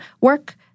work